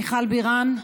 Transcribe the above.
חברת הכנסת מיכל בירן,